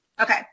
okay